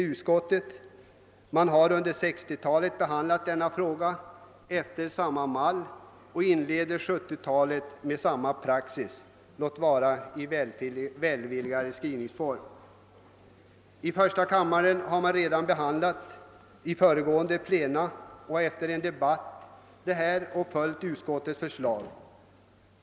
Frågan har under 1960-talet behandlats efter samma mall och utskottet inleder även 1970-talet med samma praxis, låt vara med en välvilligare skrivning. Första kammaren har redan vid föregående plenum efter debatt följt utskottets förslag.